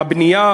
והבנייה,